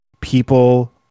people